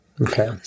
Okay